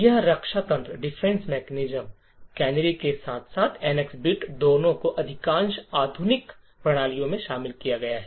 इस रक्षा तंत्र कैनरी के साथ साथ एनएक्स बिट दोनों को अधिकांश आधुनिक प्रणालियों में शामिल किया गया है